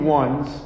ones